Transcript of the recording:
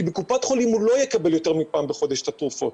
כי בקופת חולים הוא לא יקבל יותר מפעם בחודש את התרופות,